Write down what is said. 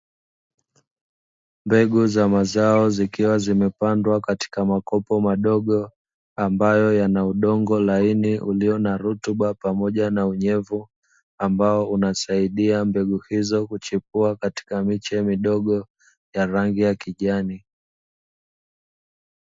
Mbegu za mazao zikiwa zimepandwa katika makopo madogo, ambayo yana udongo laini ulio na rutuba pamoja na unyevu, ambao unasaidia mbegu hizo kuchipua katika miche midogo ya rangi ya kijani.